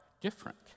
different